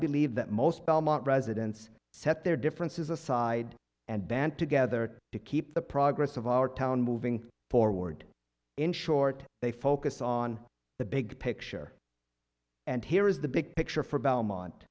believe that most belmont residents set their differences aside and band together to keep the progress of our town moving forward in short they focus on the big picture and here is the big picture for belmont